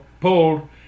pulled